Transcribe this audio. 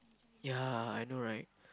ya I know right